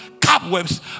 cobwebs